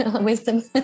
wisdom